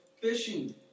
fishing